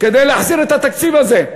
כדי להחזיר את התקציב הזה.